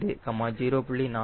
2 0